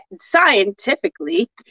scientifically